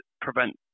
prevent